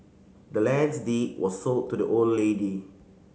the land's deed was sold to the old lady